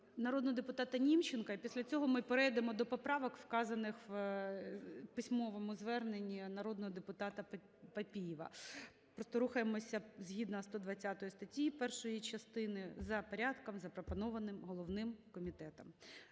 Народного депутата Німченка, і після цього ми перейдемо до поправок, вказаних у письмовому зверненні народного депутата Папієва. Просто рухаємося згідно 120 статті першої частини за порядком, запропонованим головним комітетом.